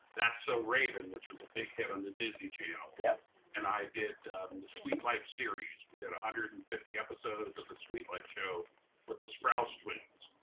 that's so raven, which was a big hit on the disney channel. yeah and i did and the suite life series. we did one hundred and fifty episodes of the suite life show with the sprouse twins,